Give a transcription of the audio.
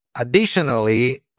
Additionally